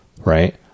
right